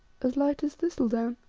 as light as thistle-down.